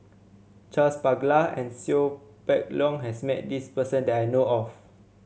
Charles Paglar and Seow Peck Leng has met this person that I know of